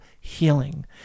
healing